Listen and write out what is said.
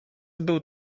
był